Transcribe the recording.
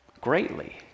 greatly